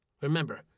Remember